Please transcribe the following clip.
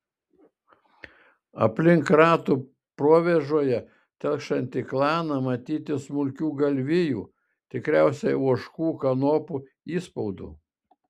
aplink ratų provėžoje telkšantį klaną matyti smulkių galvijų tikriausiai ožkų kanopų įspaudų